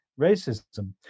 racism